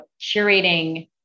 curating